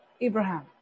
Abraham